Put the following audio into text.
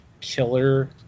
killer